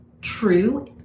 True